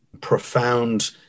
profound